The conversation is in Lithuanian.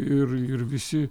ir ir visi